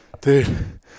dude